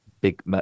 big